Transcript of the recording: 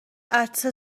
عطسه